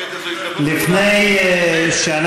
אולי תצהיר שאתה מבטל את החרם בוועדת שרים?